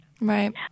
Right